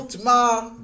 Tomorrow